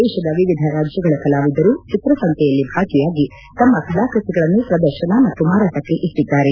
ದೇಶದ ವಿವಿಧ ರಾಜ್ಯಗಳ ಕಲಾವಿದರು ಚಿತ್ರಸಂತೆಯಲ್ಲಿ ಭಾಗಿಯಾಗಿ ತಮ್ಮ ಕಲಾಕೃತಿಗಳನ್ನು ಪ್ರದರ್ಶನ ಮತ್ತು ಮಾರಾಟಕ್ಕೆ ಇಟ್ಟದ್ದಾರೆ